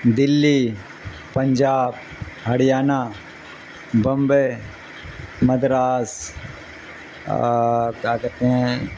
Delhi Punjab Haryana Bombay مدراستے